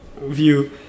view